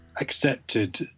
accepted